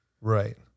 Right